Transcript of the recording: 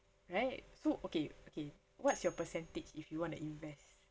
right so okay okay what's your percentage if you want to invest